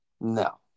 no